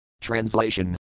Translation